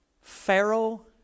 Pharaoh